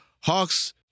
Hawks